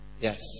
Yes